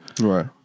Right